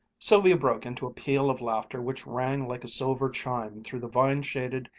sylvia broke into a peal of laughter which rang like a silver chime through the vine-shaded,